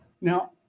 Now